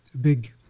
big